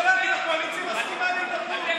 על הנושא הזה אני רוצה לדעת אם הקואליציה מסכימה להידברות.